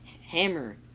hammer